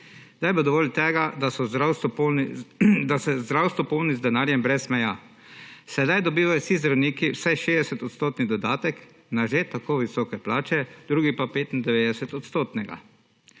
Kdaj bo dovolj tega, da se zdravstvo polni z denarjem brez meja? Sedaj dobivajo vsi zdravniki vsaj 60-odstotni dodatek na že tako visoke plače, drugi pa 90-odstotnega.